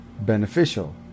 beneficial